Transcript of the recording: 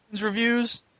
reviews